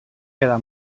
queda